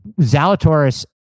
Zalatoris